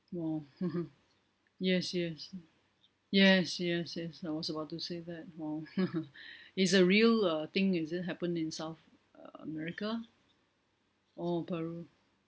!wow! yes yes yes yes yes I was about to say that !wow! is a real uh thing is it happened in south uh america oh peru